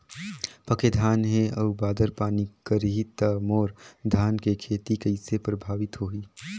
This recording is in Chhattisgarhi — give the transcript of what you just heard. पके धान हे अउ बादर पानी करही त मोर धान के खेती कइसे प्रभावित होही?